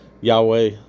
Yahweh